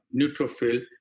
neutrophil